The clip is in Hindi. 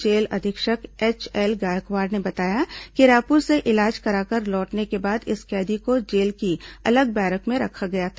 जेल अधीक्षक एचएल गायकवाड़ ने बताया कि रायपुर से इलाज कराकर लौटने के बाद इस कैदी को जेल की अलग बैरक में रखा गया था